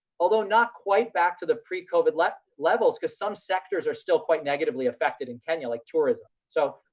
although not quite back to the pre covid left levels, because some sectors are still quite negatively affected in kenya like tourism. so,